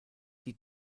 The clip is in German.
die